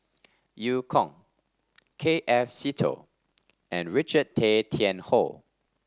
Eu Kong K F Seetoh and Richard Tay Tian Hoe